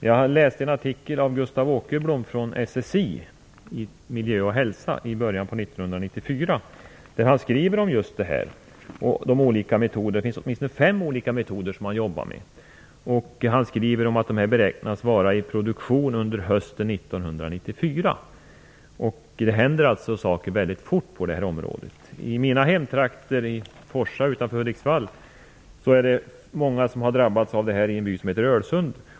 Jag läste en artikel av Gustav Åkerblom från SSI i Miljö och Hälsa i början av 1994 där han skriver om de olika metoderna. Man jobbar med åtminstone fem olika metoder. Han skriver att de beräknas vara i produktion under hösten 1994. Det händer alltså saker mycket fort på det här området. I mina hemtrakter, Forsa utanför Hudiksvall, är det många som har drabbats av radon i vattnet i en by som heter Ölsund.